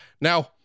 now